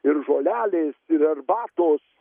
ir žolelės ir arbatos